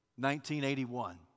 1981